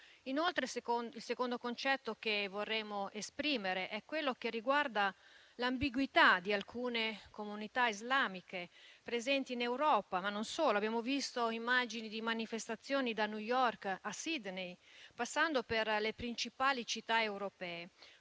Inoltre, il secondo concetto che vorremmo esprimere riguarda l'ambiguità di alcune comunità islamiche presenti in Europa, ma non solo. Abbiamo visto immagini di manifestazioni da New York a Sydney, passando per le principali città europee,